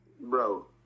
Bro